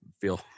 feel